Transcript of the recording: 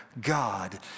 God